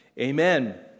Amen